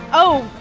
oh,